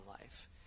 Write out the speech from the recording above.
life